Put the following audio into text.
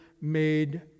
made